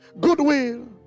goodwill